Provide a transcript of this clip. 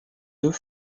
deux